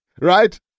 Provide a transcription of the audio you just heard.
right